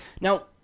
Now